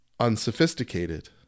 unsophisticated